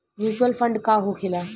Mutual fund का होखेला?